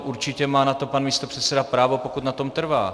Určitě má na to pan místopředseda právo, pokud na tom trvá.